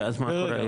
ואז מה קורה?